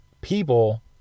people